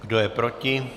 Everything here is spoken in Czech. Kdo je proti?